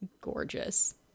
gorgeous